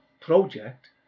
project